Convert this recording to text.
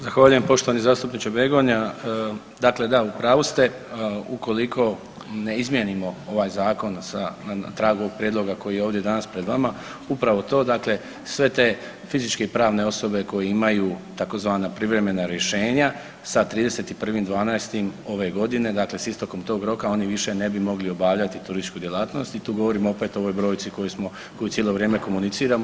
Zahvaljujem poštovani zastupniče Begonja, dakle da u pravu ste ukoliko ne izmijenimo ovaj zakon sa, na tragu prijedloga koji je ovdje danas pred vama, upravo to, dakle sve te fizičke i pravne osobe koje imaju tzv. privremena rješenja sa 31.12. ove godine, dakle s istekom tog roka oni više ne bi mogli obavljati turističku djelatnost i tu govorim opet o ovoj brojci koju smo, koju cijelo vrijeme komuniciramo.